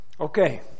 Okay